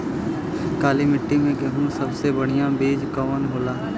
काली मिट्टी में गेहूँक सबसे बढ़िया बीज कवन होला?